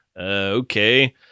okay